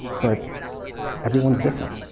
but everyone's different,